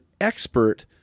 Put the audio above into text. expert